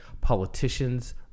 politicians